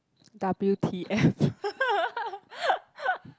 w_t_f